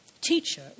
Teacher